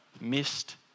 missed